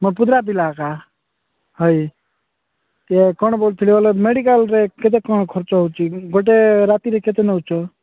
ମୋ ପୁତୁରା ପିଲାଟା ହଁ କ'ଣ କହୁଥିଲି ବୋଲେ ମେଡିକାଲରେ କେତେ କ'ଣ ଖର୍ଚ୍ଚ ହେଉଛି ଗୋଟେ ରାତିରେ କେତେ ନେଉଛ